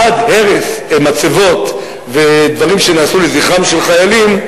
עד הרס מצבות ודברים שנעשו לזכרם של חיילים,